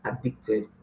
addicted